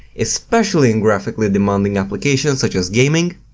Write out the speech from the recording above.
especially in graphically demanding applications such as gaming.